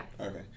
okay